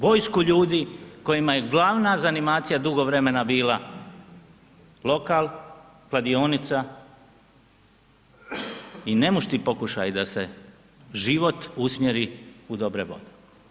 Vojsku ljudi kojima je glavna zanimacija dugo vremena bila lokal, kladionica i nemušti pokušaju da se život usmjeri u dobre vode.